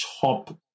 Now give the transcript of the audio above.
top